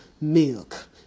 milk